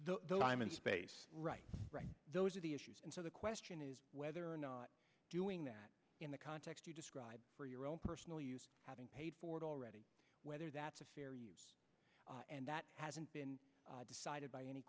of the time and space right those are the issues and so the question is whether or not doing that in the context you describe for your own personal use having paid for it already whether that's a fair use and that hasn't been decided